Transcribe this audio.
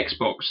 Xbox